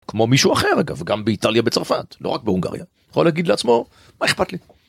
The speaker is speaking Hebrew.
כמו מישהו אחר אגב גם באיטליה בצרפת לא רק בהונגריה יכול להגיד לעצמו מה אכפת לי.